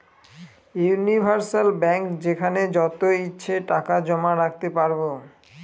universal bank যেখানে যত ইচ্ছে টাকা জমা রাখতে পারবো